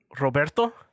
roberto